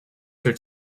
their